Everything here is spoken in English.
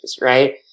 right